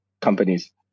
companies